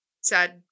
sad